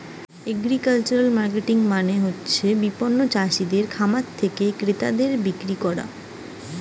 agricultural marketing মানে হতিছে বিপণন চাষিদের খামার থেকে ক্রেতাদের বিক্রি কইরা